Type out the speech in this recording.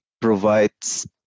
provides